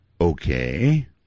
Okay